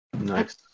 Nice